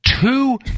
two